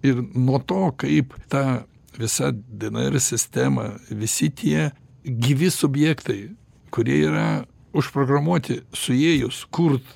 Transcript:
ir nuo to kaip ta visa dnr sistema visi tie gyvi subjektai kurie yra užprogramuoti suėjus kurt